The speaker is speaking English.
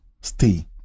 stay